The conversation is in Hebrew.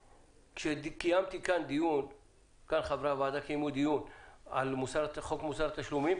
כשקיימנו פה בוועדה על חוק מוסר התשלומים